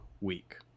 week